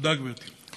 תודה, גברתי.